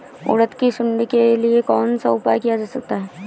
उड़द की सुंडी के लिए कौन सा उपाय किया जा सकता है?